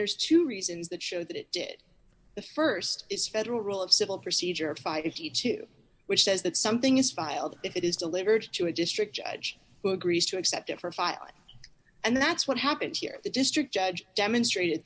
there's two reasons that show that it did the st is federal rule of civil procedure if i did see two which says that something is filed if it is delivered to a district judge who agrees to accept it for filing and that's what happened here the district judge demonstrated